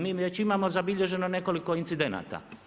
Mi već imamo zabilježeno nekoliko incidenata.